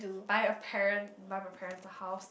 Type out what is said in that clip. buy a parent buy my parents house